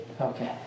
Okay